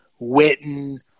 Witten